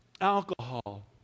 Alcohol